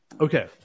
Okay